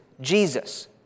Jesus